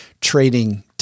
trading